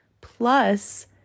plus